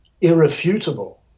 irrefutable